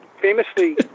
Famously